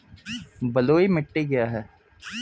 बलुई मिट्टी क्या है?